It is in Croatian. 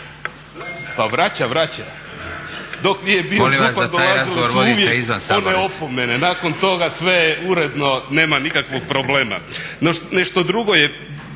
Pa vraća, vraća. Dok nije bio župan dolazile su uvijek one opomene. Nakon toga sve je uredno, nema nikakvog problema. … /Upadica Leko: